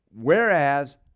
Whereas